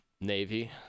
Navy